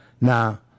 Now